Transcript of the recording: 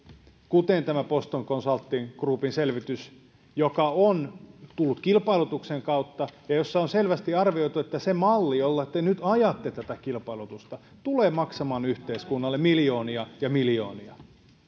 kuten tämä boston consulting groupin selvitys joka on tullut kilpailutuksen kautta ja jossa on selvästi arvioitu että se malli jolla te nyt ajatte tätä kilpailutusta tulee maksamaan yhteiskunnalle miljoonia ja miljoonia